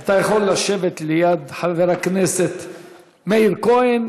אתה יכול לשבת ליד חבר הכנסת מאיר כהן.